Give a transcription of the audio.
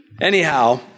Anyhow